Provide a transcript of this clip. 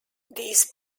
these